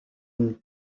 une